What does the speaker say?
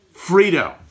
Frito